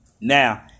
Now